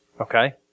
Okay